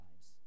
lives